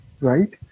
right